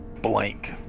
blank